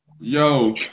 Yo